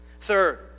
Third